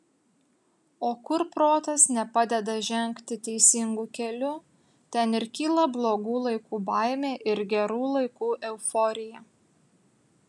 o kur protas nepadeda žengti teisingu keliu ten ir kyla blogų laikų baimė ir gerų laikų euforija